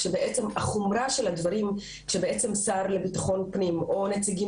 כשהחומרה של הדברים שהשר לביטחון פנים או נציגים